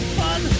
fun